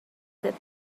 that